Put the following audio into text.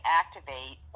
activate